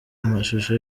amashusho